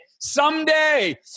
someday